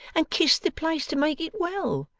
and kissed the place to make it well?